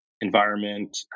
environment